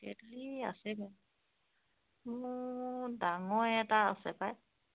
কেটলি আছে মোৰ মোৰ ডাঙৰ এটা আছে পায়